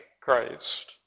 Christ